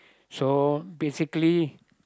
so basically